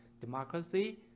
democracy